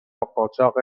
قاچاق